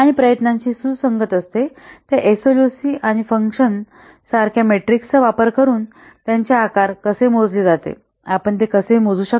आणि प्रयत्नांशी सुसंगत असते ते एसएलओसी आणि फंक्शन सारख्या मेट्रिक्सचा वापर करून त्याचे आकार कसे मोजले जाते आणि आपण ते कसे मोजू शकता